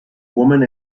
woman